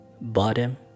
bottom